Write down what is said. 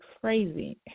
crazy